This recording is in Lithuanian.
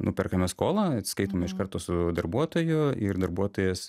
nuperkame skolą atsiskaitome iš karto su darbuotoju ir darbuotojas